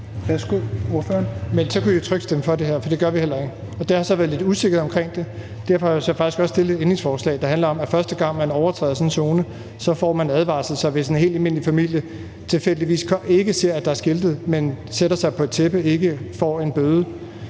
16:00 Jeppe Bruus (S): Men så kunne I jo trygt stemme for det her, for det gør vi heller ikke. Der har så været lidt usikkerhed omkring det. Derfor har jeg faktisk også stillet et ændringsforslag, der handler om, at første gang, man overtræder det i sådan en zone, så får man en advarsel. En helt almindelig familie, der tilfældigvis ikke ser, at der er skiltet, men sætter sig på et tæppe, får ikke en bøde.